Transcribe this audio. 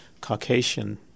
Caucasian